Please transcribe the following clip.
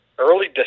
early